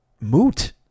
moot